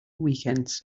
weekends